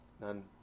none